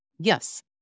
Yes